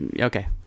Okay